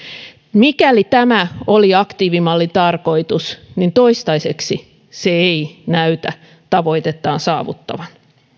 mikäli tämä oli aktiivimallin tarkoitus niin toistaiseksi se ei näytä tavoitettaan saavuttavan